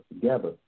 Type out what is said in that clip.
together